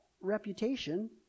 reputation